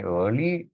early